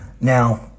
Now